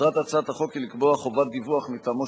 מטרת הצעת החוק היא לקבוע חובת דיווח מטעמו